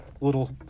little